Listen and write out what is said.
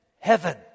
heaven